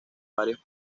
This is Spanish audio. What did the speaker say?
varios